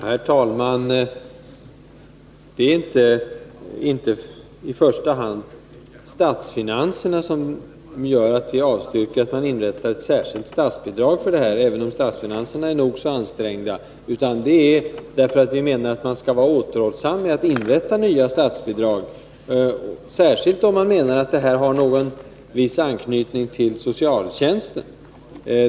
Herr talman! Det är inte i första hand statsfinanserna som gör att vi avstyrker att det inrättas ett särskilt statsbidrag för detta ändamål — även om statsfinanserna är nog så ansträngda — utan det gör vi därför att vi menar att man skall vara återhållsam med att inrätta nya statsbidrag. Detta gäller särskilt om man anser att det har viss anknytning till socialtjänsten.